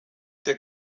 der